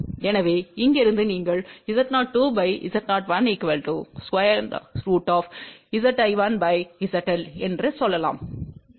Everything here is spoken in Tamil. எனவே இங்கிருந்து நீங்கள் Z02Z01 √ Z¿1ZL என்று சொல்லலாம்